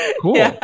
Cool